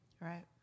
Right